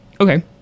Okay